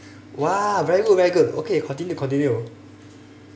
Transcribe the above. !wah! very good very good okay continue continue